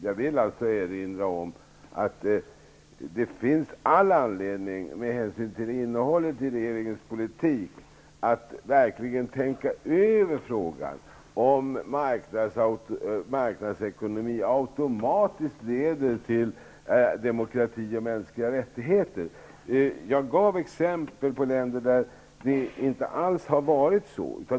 Jag vill erinra om att det med hänsyn till innehållet i regeringens politik finns all anledning att verkligen tänka över frågan, om marknadsekonomin automatiskt leder till demokrati och mänskliga rättigheter. Jag gav exempel på länder där det inte alls har varit så.